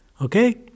Okay